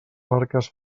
barques